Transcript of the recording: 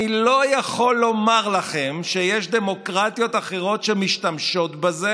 אני לא יכול לומר לכם שיש דמוקרטיות אחרות שמשתמשות בזה